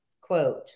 quote